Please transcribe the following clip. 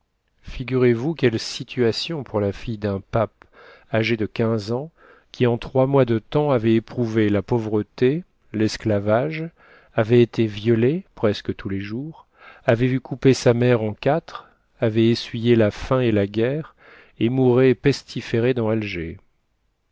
figurez-vous quelle situation pour la fille d'un pape âgée de quinze ans qui en trois mois de temps avait éprouvé la pauvreté l'esclavage avait été violée presque tous les jours avait vu couper sa mère en quatre avait essuyé la faim et la guerre et mourait pestiférée dans alger